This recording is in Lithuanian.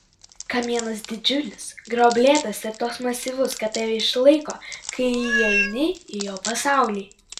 kamienas didžiulis gruoblėtas ir toks masyvus kad tave išlaiko kai įeini į jo pasaulį